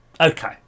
Okay